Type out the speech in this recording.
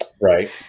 right